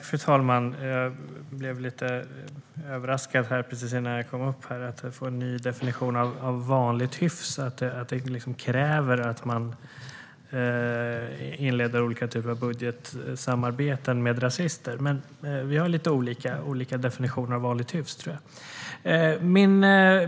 Fru talman! Jag blev lite överraskad innan jag gick upp här. Vi fick en ny definition av vad som är vanligt hyfs. Tydligen kräver det att man inleder olika former av budgetsamarbeten med rasister. Erik Andersson och jag har nog lite olika definitioner av vad som är vanligt hyfs, tror jag.